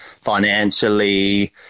Financially